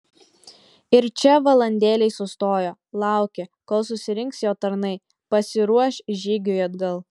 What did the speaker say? ir čia valandėlei sustojo laukė kol susirinks jo tarnai pasiruoš žygiui atgal